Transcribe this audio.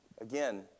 Again